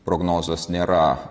prognozės nėra